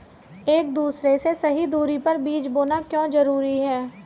एक दूसरे से सही दूरी पर बीज बोना क्यों जरूरी है?